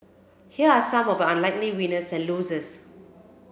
here are some of unlikely winners and losers